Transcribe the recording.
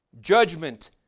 judgment